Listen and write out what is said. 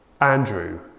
Andrew